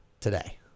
today